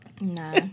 No